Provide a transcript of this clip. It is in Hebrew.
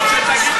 איפה הייתם?